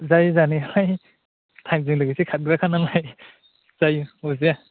जायो जानायालाय टाइमजों लोगोसे खारग्राखा नालाय जायो अरजाया